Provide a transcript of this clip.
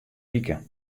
wike